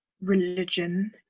religion